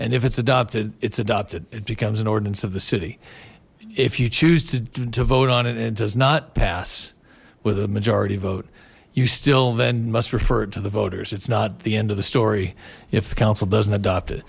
and if it's adopted its adopted it becomes an ordinance of the city if you choose to vote on it and does not pass with a majority vote you still then must refer to the voters it's not the end of the story if the council doesn't adopt